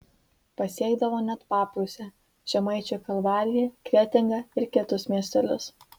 pasiekdavo net paprūsę žemaičių kalvariją kretingą ir kitus miestelius